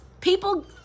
people